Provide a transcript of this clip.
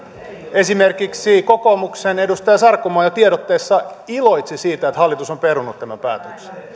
esimerkiksi kokoomuksen edustaja sarkomaa jo tiedotteessa iloitsi siitä että hallitus on perunut tämän päätöksen